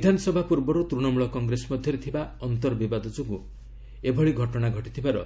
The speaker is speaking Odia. ବିଧାନସଭା ପୂର୍ବରୁ ତୂଶମୂଳ କଗ୍ରେସ ମଧ୍ୟରେ ଥିବା ଅନ୍ତର୍ବିବାଦ ଯୋଗୁଁ ଏହି ଘଟଣା ଘଟିଥିବାର